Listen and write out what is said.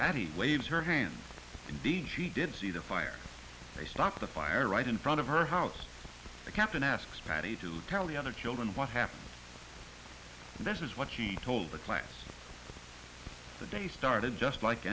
patty waved her hand indeed she did see the fire they stopped the fire right in front of her house the captain asks patty to tell the other children what happened and this is what she told the class the day started just like